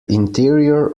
interior